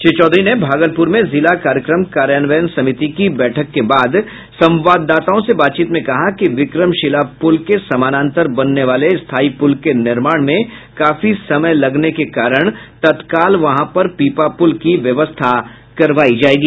श्री चौधरी ने भागलपुर में जिला कार्यक्रम कार्यान्वयन समिति की बैठक के बाद संवाददाताओं से बातचीत में कहा कि विक्रमशिला पुल के सामानांतर बनने वाले स्थाई पुल के निर्माण में काफी समय लगने के कारण तत्काल वहां पर पीपा पुल की व्यवस्था करवाई जाएगी